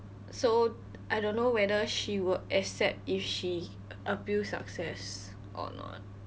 so I don't know whether she would accept if she appeal success or not